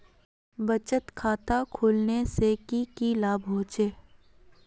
बचत खाता खोलने से की की लाभ होचे?